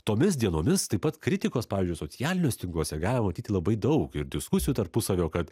tomis dienomis taip pat kritikos pavyzdžiui socialiniuos tinkluose galim matyti labai daug ir diskusijų tarpusavio kad